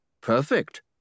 Perfect